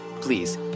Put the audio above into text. please